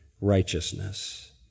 righteousness